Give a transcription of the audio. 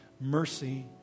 mercy